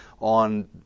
on